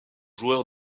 joueur